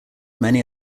many